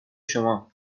شما